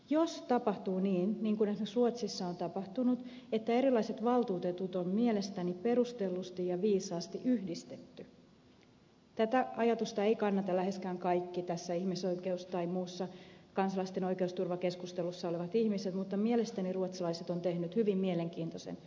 jos tapahtuu niin niin kuin esimerkiksi ruotsissa on tapahtunut että erilaiset valtuutetut on mielestäni perustellusti ja viisaasti yhdistetty tätä ajatusta eivät kannata läheskään kaikki tässä ihmisoikeus tai muussa kansalaisten oikeusturvakeskustelussa olevat ihmiset mutta mielestäni ruotsalaiset ovat tehneet hyvin mielenkiintoisen uudistuksen